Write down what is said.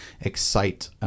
excite